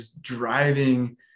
driving